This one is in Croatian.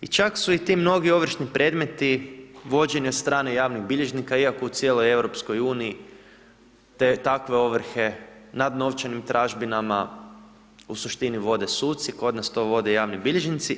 I čak su i ti mnogi ovršni predmeti vođeni od strane javnih bilježnika, iako u cijeloj Europskoj uniji te, takve ovrhe nad novčanim tražbinama u suštini vode sudci, kod nas to vode javni bilježnici.